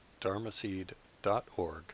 dharmaseed.org